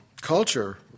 culture